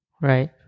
Right